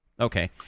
Okay